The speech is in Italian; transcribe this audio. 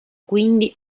quindi